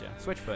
Switchfoot